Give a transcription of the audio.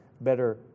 better